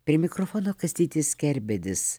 prie mikrofono kastytis kerbedis